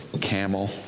camel